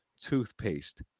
toothpaste